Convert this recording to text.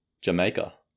Jamaica